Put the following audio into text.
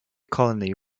colony